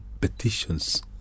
petitions